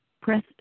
press